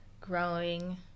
growing